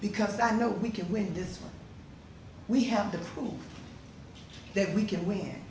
because i know we can win this one we have to prove that we can win